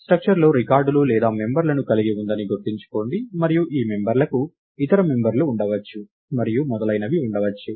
structure లో రికార్డులు లేదా మెంబర్లను కలిగి ఉందని గుర్తుంచుకోండి మరియు ఈ మెంబర్లకు ఇతర మెంబర్లు ఉండవచ్చు మరియు మొదలైనవి ఉండవచ్చు